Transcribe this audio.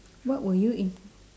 what would you in~